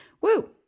woo